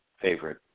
favorite